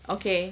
okay